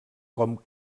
com